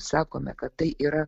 sakome kad tai yra